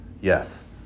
Yes